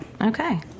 okay